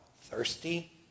thirsty